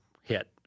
hit